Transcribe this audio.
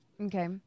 Okay